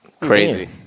Crazy